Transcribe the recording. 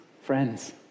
Friends